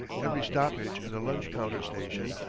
every stoppage at a lunch-counter station,